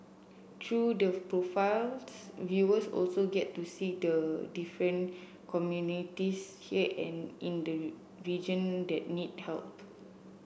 through the profiles viewers also get to see the different communities here and in the region that need help